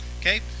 Okay